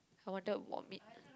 I wanted vomit